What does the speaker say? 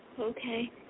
Okay